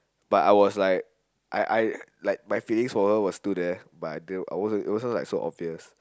but I was like I I like my feelings for her was still there but I I it wasn't so obvious